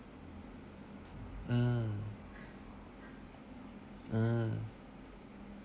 mm mm